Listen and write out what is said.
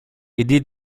aidé